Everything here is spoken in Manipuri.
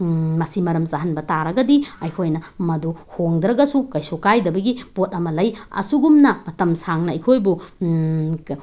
ꯃꯁꯤ ꯃꯔꯝ ꯆꯥꯍꯟꯕ ꯇꯥꯔꯒꯗꯤ ꯑꯩꯈꯣꯏꯅ ꯃꯗꯨ ꯍꯣꯡꯗ꯭ꯔꯒꯁꯨ ꯀꯩꯁꯨ ꯀꯥꯏꯗꯕꯒꯤ ꯄꯣꯠ ꯑꯃ ꯂꯩ ꯑꯁꯨꯒꯨꯝꯅ ꯃꯇꯝ ꯁꯥꯡꯅ ꯑꯩꯈꯣꯏꯕꯨ